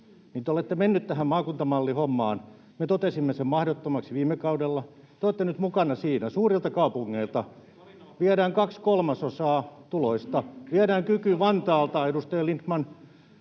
olette menneet tähän maakuntamallihommaan. Me totesimme sen mahdottomaksi viime kaudella — te olette nyt mukana siinä. Suurilta kaupungeilta viedään kaksi kolmasosaa tuloista — viedään Vantaalta, edustaja Lindtman,